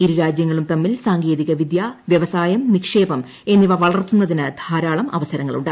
ഇരു രാജ്യങ്ങളൂർ തമ്മിൽ സാങ്കേതിക വിദ്യ വ്യവസായം നിക്ഷേപം എന്നിവ് വ്ളർത്തുന്നതിന് ധാരാളം അവസരങ്ങളുണ്ട്